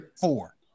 Four